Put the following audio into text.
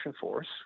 force